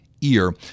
ear